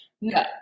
No